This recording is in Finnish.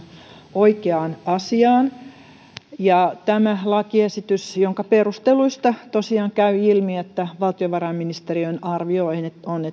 oikeaan asiaan tämä lakiesitys jonka perusteluista tosiaan käy ilmi että valtiovarainministeriön arvio on